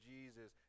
Jesus